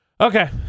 Okay